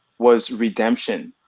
was redemption.